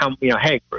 hey